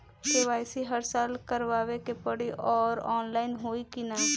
KYC हर साल करवावे के पड़ी और ऑनलाइन होई की ना?